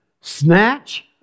Snatch